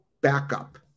backup